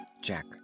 Jack